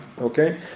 Okay